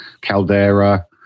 caldera